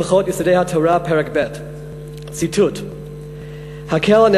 בהלכות יסודי התורה פרק ב' ציטוט: "האל